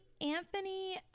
Anthony